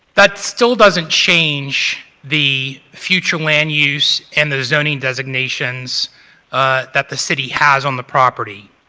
that still doesn't change the future land use and the zoning designations ah that the city has on the property.